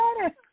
better